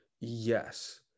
Yes